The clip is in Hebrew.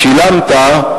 שילמת,